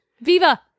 Viva